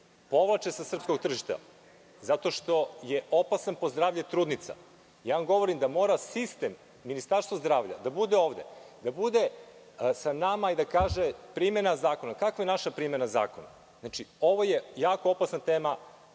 sa srpkog tržišta zato što su opasni po zdravlje trudnica. Govorim vam da mora sistem, Ministarstvo zdravlja da bude ovde, da bude sa nama i da kaže – primena zakona. Kakva je naša primena zakona? Znači, ovo je jako opasna tema.